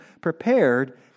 prepared